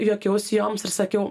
juokiausi joms ir sakiau